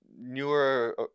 newer